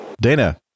Dana